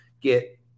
get